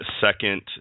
Second